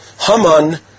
Haman